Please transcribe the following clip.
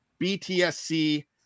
BTSC